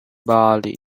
bali